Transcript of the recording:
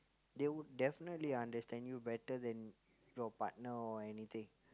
they would definitely understand you better than your partner or anything